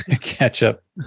Ketchup